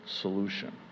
solution